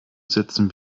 setzen